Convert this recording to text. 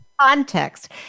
context